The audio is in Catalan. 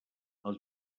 els